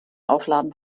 aufladen